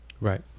Right